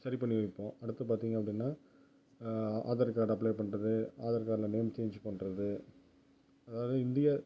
சரி பண்ணி வைப்போம் அடுத்த பார்த்தீங்க அப்படின்னால் ஆதார் கார்டு அப்ளை பண்ணுறது ஆதார் கார்டில் நேம் சேஞ்ச் பண்ணுறது அதாவது இந்திய